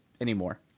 anymore